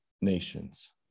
nations